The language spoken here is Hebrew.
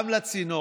גם לצינור.